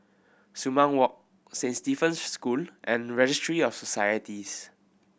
Sumang Walk Saint Stephen's School and Registry of Societies